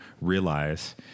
realize